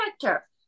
character